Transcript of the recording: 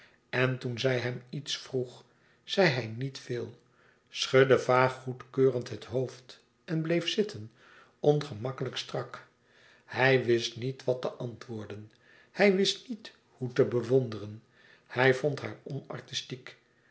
en toen zij hem iets vroeg zei hij niet veel schudde vaag goedkeurend het hoofd en bleef zitten ongemakkelijk strak hij wist niet wat te antwoorden hij wist niet hoe te bewonderen hij vond haar onartistiek